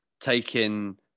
taking